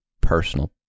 personal